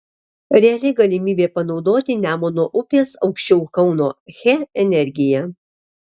reali galimybė panaudoti nemuno upės aukščiau kauno he energiją